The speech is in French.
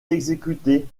exécutée